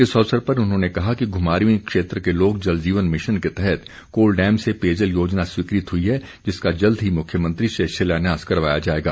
इस अवसर पर उन्होंने कहा कि घुमारवीं क्षेत्र के लिए जलजीवन मिशन के तहत कोलडैम से पेयजल योजना स्वीकृत हुई है जिसका जल्द ही मुख्यमंत्री से शिलान्यास करवाया जाएगा